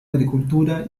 agricultura